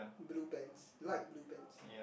blue pants light blue pants